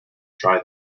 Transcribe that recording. try